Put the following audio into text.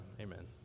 Amen